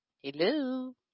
Hello